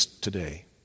today